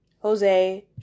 jose